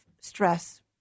stress